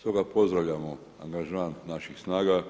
Stoga pozdravljamo angažman naših snaga